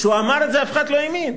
כשהוא אמר את זה אף אחד לא האמין.